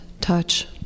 touch